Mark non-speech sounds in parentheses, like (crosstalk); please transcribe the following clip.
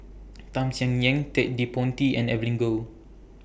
(noise) Tham Sien Yen Ted De Ponti and Evelyn Goh